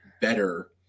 better